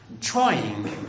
trying